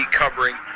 covering